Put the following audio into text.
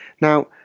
Now